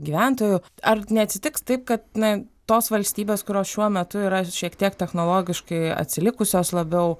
gyventojų ar neatsitiks taip kad na tos valstybės kurios šiuo metu yra šiek tiek technologiškai atsilikusios labiau